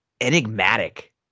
enigmatic